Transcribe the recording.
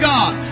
God